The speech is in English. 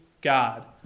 God